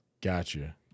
Gotcha